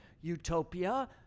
utopia